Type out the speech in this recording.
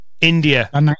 India